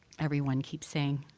everyone keeps saying.